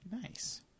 Nice